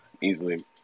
easily